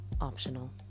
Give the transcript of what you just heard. optional